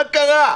מה קרה?